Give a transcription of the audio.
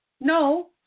No